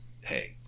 Hey